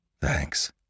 Thanks